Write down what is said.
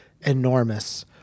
enormous